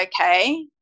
okay